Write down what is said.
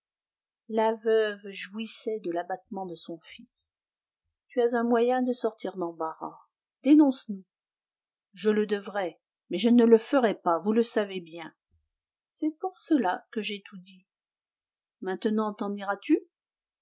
la veuve jouissait de l'abattement de son fils tu as un moyen de sortir d'embarras dénonce nous je le devrais mais je ne le ferai pas vous le savez bien c'est pour cela que j'ai tout dit maintenant t'en iras-tu